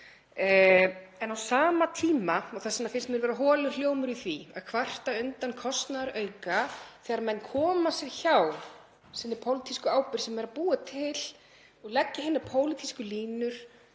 En á sama tíma — og þess vegna finnst mér vera holur hljómur í því að kvarta undan kostnaðarauka þegar menn koma sér hjá sinni pólitísku ábyrgð sem er að búa til og leggja hinar pólitísku línur